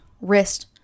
wrist